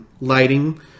lighting